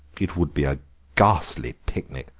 it would be a ghastly picnic,